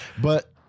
But-